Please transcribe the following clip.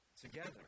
together